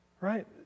right